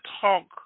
talk